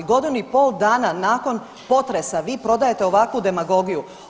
Godinu i pol dana nakon potresa vi prodajete ovakvu demagogiju.